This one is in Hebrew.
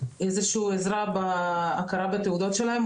איזשהו עזרה בהכרה בתעודות שלהם.